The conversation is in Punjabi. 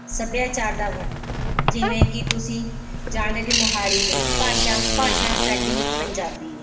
ਸੱਭਿਆਚਾਰ ਦਾ ਵਰਨਣ ਜਿਵੇਂ ਕਿ ਤੁਸੀਂ ਜਾਣਦੇ ਹੋ ਕਿ ਮੋਹਾਲੀ ਭਾਸ਼ਾ ਜ਼ਿਲ੍ਹੇ 'ਚ ਭਾਸ਼ਾ ਭਾਸ਼ਾ ਸਾਡੀ ਪੰਜਾਬੀ ਹੈ